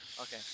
Okay